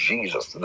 Jesus